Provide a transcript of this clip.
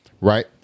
right